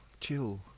chill